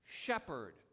shepherd